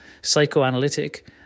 psychoanalytic